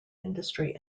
industry